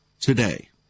today